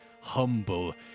humble